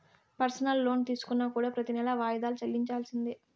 personal loan తీసుకున్నా కూడా ప్రెతి నెలా వాయిదాలు చెల్లించాల్సిందే